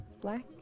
black